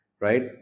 right